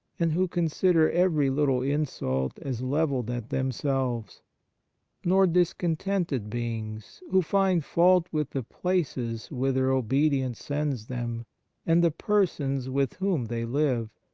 and who consider every little insult as levelled at themselves nor discontented beings, who find fault with the places whither obedience sends them and the persons with whom they live,